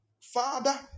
Father